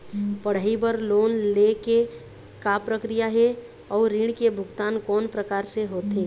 पढ़ई बर लोन ले के का प्रक्रिया हे, अउ ऋण के भुगतान कोन प्रकार से होथे?